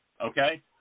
Okay